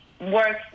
work